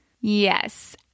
Yes